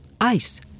ice